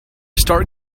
start